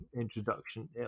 introduction